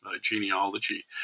genealogy